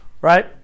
Right